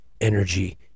energy